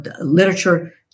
literature